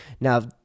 Now